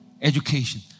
education